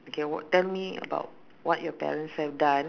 okay what tell me about what your parents have done